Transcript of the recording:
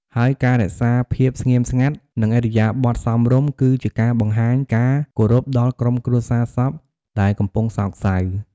ហើយការរក្សាភាពស្ងៀមស្ងាត់ និងឥរិយាបថសមរម្យ គឺជាការបង្ហាញការគោរពដល់ក្រុមគ្រួសារសពដែលកំពុងសោកសៅ។